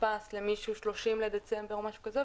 יודפס למישהו 30 בדצמבר או משהו כזה,